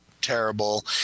terrible